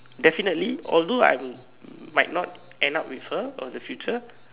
definitely although I would might not end up with her in the future